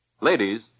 Ladies